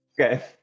Okay